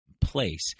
place